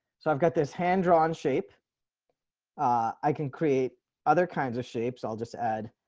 so i've got this hand drawn shape i can create other kinds of shapes. i'll just add